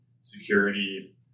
security